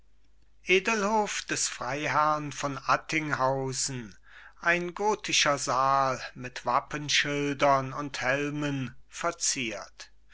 edelhof des freiherrn von attinghausen ein gotischer saal mit wappenschildern und helmen verziert